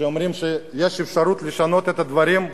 אומרות שיש אפשרות לשנות את הדברים.